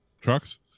trucks